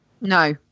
No